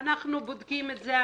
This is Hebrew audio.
אנחנו בודקים את זה.